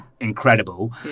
incredible